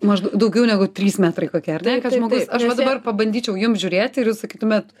maž daugiau negu trys metrai kokie ar ne kad žmogus aš va dabar pabandyčiau jums žiūrėti ir jūs sakytumėt